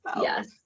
yes